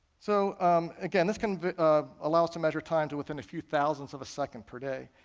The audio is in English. so again this can allow us to measure time to within a few thousandths of a second per day.